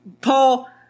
Paul